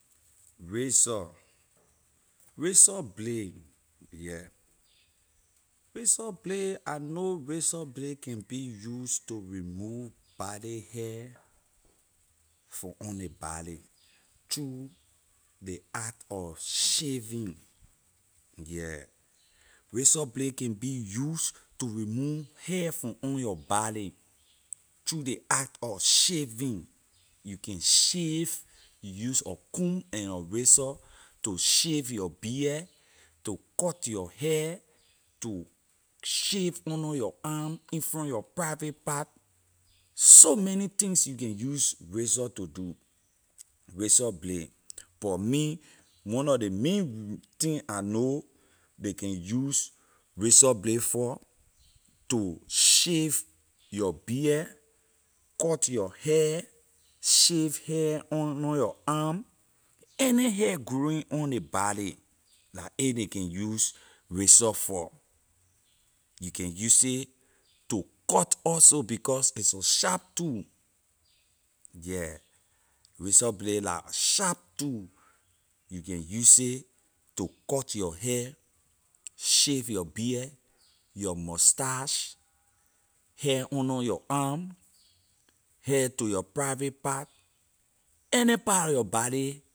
Razor, razor blade yeah razor blade I know razor blade can be use to remove body hair from on ley body true the act of shaving yeah razor blade can be use to remove hair from on your body true the act of shaving you can shave you use a comb and a razor to shave your beard to cut your hair to shave under your arm in front your private part so many things you can use razor to do razor blade but me one nor ley main re- thing I know ley use razor blade for to shave your beard cut your hair shave hair under your arm any hair growing on ley body la a ley can use razor for you can use it to cut also because it’s a sharp tool yeah razor blade la sharp tool you can use it to cut your hair shave your beard your mustache hair under your arm hair to your private part any part lor your body